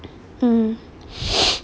mm